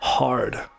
hard